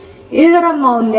ಇದರ ಮೌಲ್ಯ 2